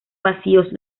vacíos